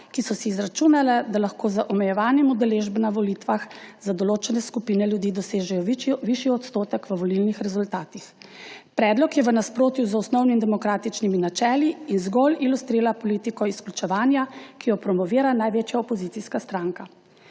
ki so si izračunale, da lahko z omejevanjem udeležb na volitvah za določene skupine ljudi dosežejo višji odstotek v volilnih rezultatih. Predlog je v nasprotju z osnovnimi demokratičnimi načeli in zgolj ilustrira politiko izključevanja, ki jo promovira največja opozicijska stranka.